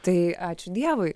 tai ačiū dievui